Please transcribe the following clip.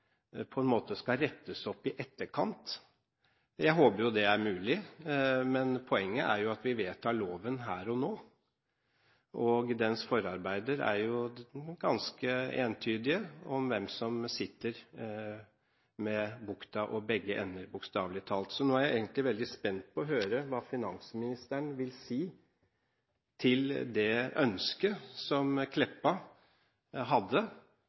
på en måte skal rettes opp i etterkant. Jeg håper det er mulig, men poenget er at vi vedtar loven her og nå, og dens forarbeider er jo ganske entydige med hensyn til hvem som sitter med bukta og begge endene, bokstavelig talt. Så nå er jeg egentlig veldig spent på å høre hva finansministeren vil si til det ønsket Meltveit Kleppa hadde,